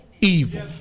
evil